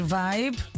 vibe